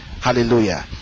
Hallelujah